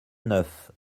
neuf